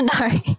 No